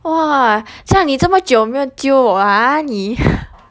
!wah! 现在你这么久没有 jio 我 ah 你